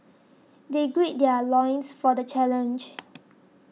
they gird their loins for the challenge